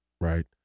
right